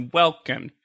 welcome